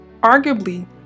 Arguably